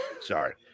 Sorry